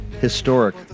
Historic